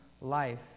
life